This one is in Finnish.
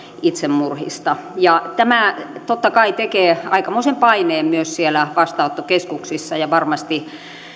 itsemurhista ja tämä totta kai tekee aikamoisen paineen myös siellä vastaanottokeskuksissa ja varmasti